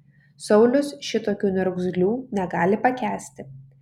saulius šitokių niurgzlių negali pakęsti